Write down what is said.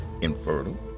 infertile